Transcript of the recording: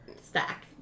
stack